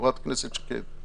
חברת הכנסת שקד.